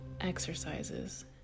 exercises